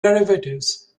derivatives